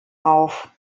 auf